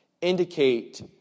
indicate